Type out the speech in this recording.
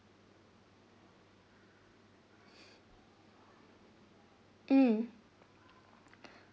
mm